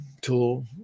Tool